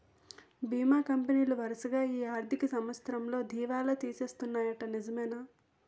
బీమా కంపెనీలు వరసగా ఈ ఆర్థిక సంవత్సరంలో దివాల తీసేస్తన్నాయ్యట నిజమేనా